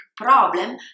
problem